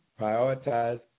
prioritize